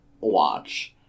watch